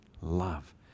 love